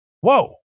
Whoa